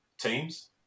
teams